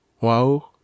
Wow